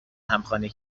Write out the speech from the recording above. همخوانی